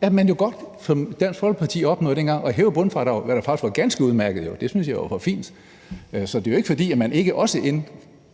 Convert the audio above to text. at man godt, som Dansk Folkeparti opnåede det dengang, kan hæve bundfradraget, hvad der faktisk var ganske udmærket – det syntes jeg jo var fint. Så det er jo ikke, fordi man ikke også